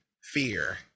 fear